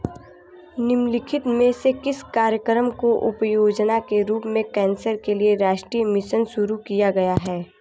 निम्नलिखित में से किस कार्यक्रम को उपयोजना के रूप में कैंसर के लिए राष्ट्रीय मिशन शुरू किया गया है?